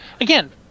Again